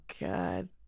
God